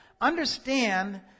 understand